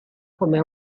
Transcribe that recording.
come